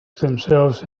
themselves